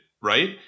right